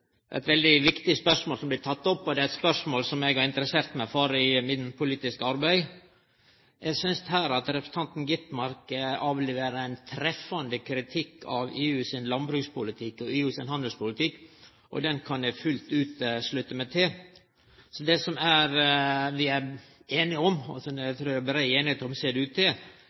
eit veldig viktig spørsmål som blir teke opp, og det er eit spørsmål som eg har interessert meg for i mitt politiske arbeid. Eg synest her at representanten Skovholt Gitmark avleverer ein treffande kritikk av EU sin landbrukspolitikk og EU sin handelspolitikk, og den kan eg fullt ut slutta meg til. Så det som vi er einige om, og som eg trur det er brei einigheit om – det ser det ut til